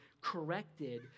corrected